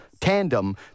tandem